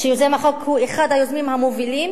שיוזם החוק הוא אחד היוזמים המובילים